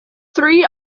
three